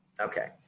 okay